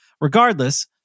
Regardless